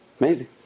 Amazing